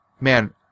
man